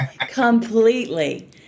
completely